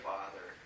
Father